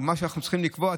או למה שאנחנו צריכים לקבוע,